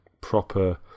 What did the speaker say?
proper